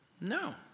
No